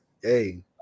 Hey